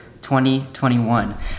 2021